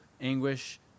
anguish